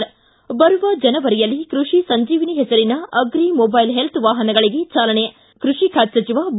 ಿ ಬರುವ ಜನವರಿಯಲ್ಲಿ ಕೃಷಿ ಸಂಜೀವಿನಿ ಹೆಸರಿನ ಅಗ್ರೀ ಮೊಬೈಲ್ ಹೆಲ್ತ್ ವಾಹನಗಳಿಗೆ ಚಾಲನೆ ಕೃಷಿ ಖಾತೆ ಸಚಿವ ಬಿ